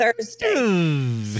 Thursday